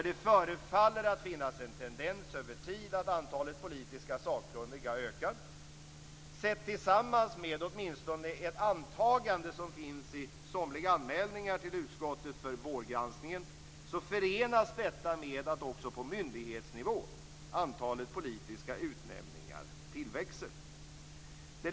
Det förefaller att finnas en tendens över tid att antalet politiska sakkunniga ökar. Sett tillsammans med åtminstone ett antagande som finns i somliga anmälningar till utskottet för vårgranskningen förenas detta med att antalet politiska utnämningar tillväxer också på myndighetsnivå.